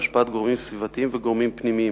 בהשפעת גורמים סביבתיים וגורמים פנימיים.